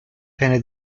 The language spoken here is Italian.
pene